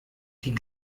die